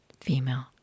female